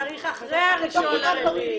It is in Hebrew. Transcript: צריך אחרי ה-1 באפריל.